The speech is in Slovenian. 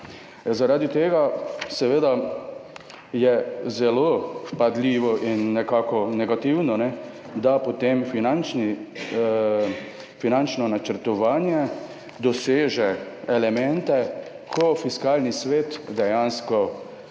Zaradi tega je seveda zelo vpadljivo in nekako negativno, da potem finančno načrtovanje doseže elemente, ko Fiskalni svet dejansko